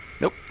Nope